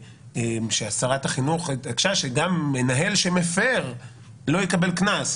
ששרת החינוך התעקשה שגם מנהל שהפר לא יקבל קנס.